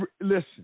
Listen